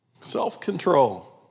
Self-control